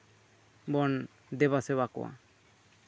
ᱵᱚᱱ ᱫᱮᱵᱟ ᱥᱮᱵᱟ ᱠᱚᱣᱟ